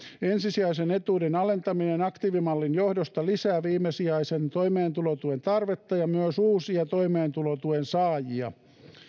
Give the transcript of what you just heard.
ensisijaisen etuuden alentaminen aktiivimallin johdosta lisää viimesijaisen toimeentulotuen tarvetta ja myös uusia toimeentulotuen saajia